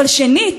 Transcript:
אבל שנית,